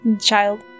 Child